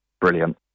brilliant